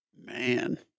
man